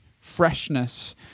freshness